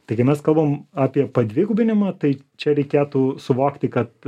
taigi mes kalbam apie padvigubinimą tai čia reikėtų suvokti kad